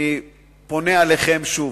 אני פונה אליכם שוב: